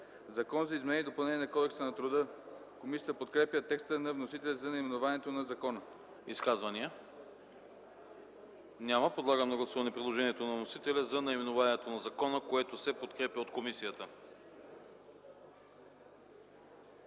„Закон за изменение и допълнение на Кодекса на труда”. Комисията подкрепя текста на вносителите за наименованието на закона. ПРЕДСЕДАТЕЛ АНАСТАС АНАСТАСОВ: Изказвания? Няма. Подлагам на гласуване предложението на вносителите за наименованието на закона, което се подкрепя от комисията.